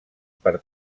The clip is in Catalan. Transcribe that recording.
per